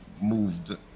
moved